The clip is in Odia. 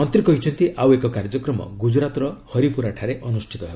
ମନ୍ତ୍ରୀ କହିଛନ୍ତି ଆଉ ଏକ କାର୍ଯ୍ୟକ୍ମ ଗ୍ରଜରାତର ହରିପୁରାଠାରେ ଅନୁଷ୍ଠିତ ହେବ